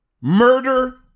Murder